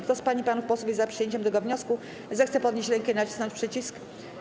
Kto z pań i panów posłów jest za przyjęciem tego wniosku, zechce podnieść rękę i nacisnąć przycisk.